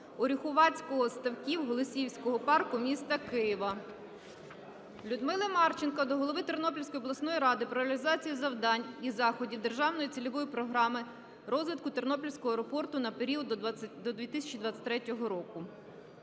Оріхуватських ставків Голосіївського парку міста Києва. Людмили Марченко до голови Тернопільської обласної ради про реалізацію завдань і заходів Державної цільової програми розвитку Тернопільського аеропорту на період до 2023 року.